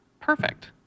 perfect